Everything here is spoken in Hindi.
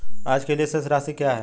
आज के लिए शेष राशि क्या है?